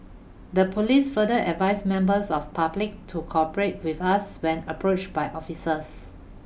the police further advised members of public to cooperate with us when approached by officers